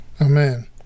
Amen